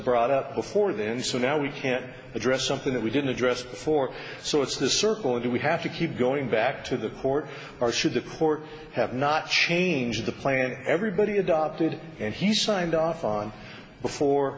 brought up before then so now we can address something that we didn't address before so it's the circle or do we have to keep going back to the court or should the court have not changed the plan everybody adopted and he signed off on before